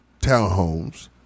townhomes